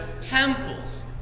temples